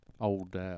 old